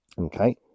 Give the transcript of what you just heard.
Okay